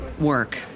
work